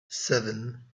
seven